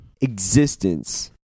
existence